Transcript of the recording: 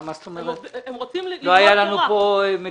הם רוצים ללמוד תורה.